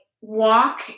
walk